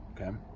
okay